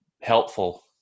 helpful